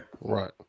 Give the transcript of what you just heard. right